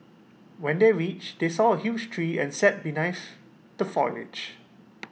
when they reached they saw A huge tree and sat beneath the foliage